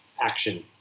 action